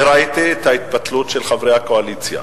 וראיתי את ההתפתלות של חברי הקואליציה.